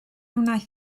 wnaeth